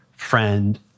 friend